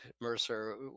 Mercer